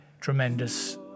tremendous